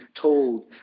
told